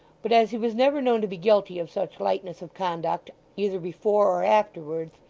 but as he was never known to be guilty of such lightness of conduct either before or afterwards,